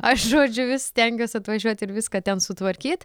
aš žodžiu vis stengiuos atvažiuot ir viską ten sutvarkyt